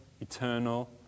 eternal